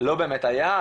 לא באמת היה,